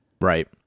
Right